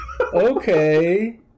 Okay